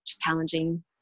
challenging